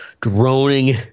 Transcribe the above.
droning